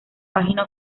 página